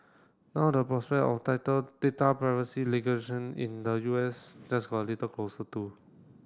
now the prospect of tighter data privacy in the U S just got a little closer too